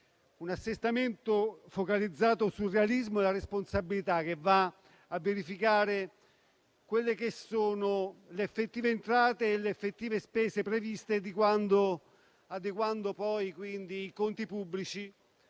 un assestamento focalizzato sul realismo e sulla responsabilità, che va a verificare le effettive entrate e le effettive spese previste, adeguando i conti pubblici